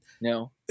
no